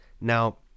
Now